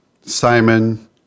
Simon